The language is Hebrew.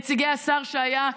עם נציגי השר שהיה,